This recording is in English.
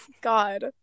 god